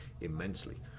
immensely